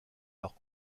leurs